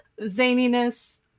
zaniness